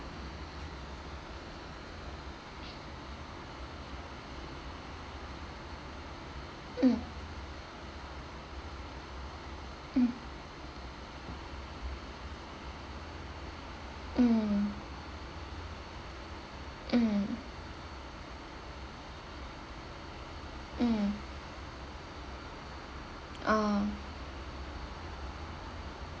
mm mm mm mm mm ah